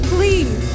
Please